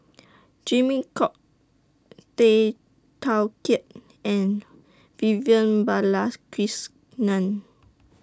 Jimmy Chok Tay Teow Kiat and Vivian Balakrishnan